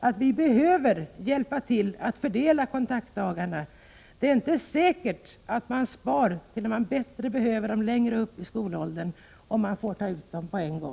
att vi behöver hjälpa till att fördela kontaktdagarna. Det är inte säkert att man spar dem tills man bättre behöver dem längre upp i skolådern, om man får ta ut dem på en gång.